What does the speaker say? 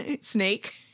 Snake